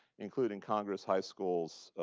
including congress, high schools,